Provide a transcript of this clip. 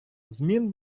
змін